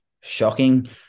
shocking